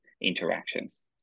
interactions